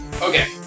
Okay